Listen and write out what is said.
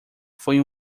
foi